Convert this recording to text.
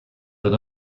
that